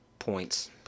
points